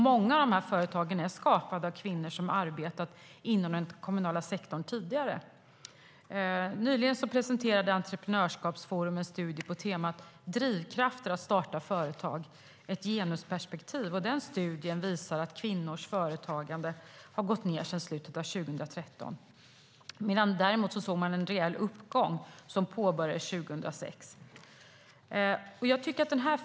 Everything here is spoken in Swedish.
Många av dessa företag är skapade av kvinnor som tidigare arbetat inom den kommunala sektorn. Nyligen presenterade Entreprenörskapsforum en studie på temat "Drivkrafter att starta företag: ett genusperspektiv". Studien visar att kvinnors företagande har gått ned sedan slutet av 2013. Däremot såg man en rejäl uppgång som påbörjades 2006.